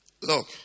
Look